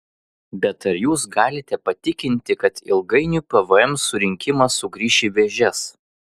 bet ar jūs galite patikinti kad ilgainiui pvm surinkimas sugrįš į vėžes